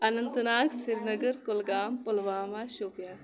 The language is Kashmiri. اننت ناگ سری نگر کولگام پلوامہ شوپیان